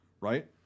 right